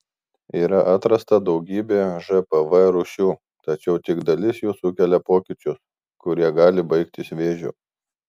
yra atrasta daugybė žpv rūšių tačiau tik dalis jų sukelia pokyčius kurie gali baigtis vėžiu